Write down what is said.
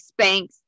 Spanx